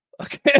Okay